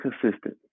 consistent